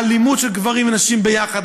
על לימוד של גברים ונשים ביחד,